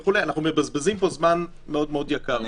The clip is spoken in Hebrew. אנחנו מבזבזים פה זמן מאוד מאוד יקר.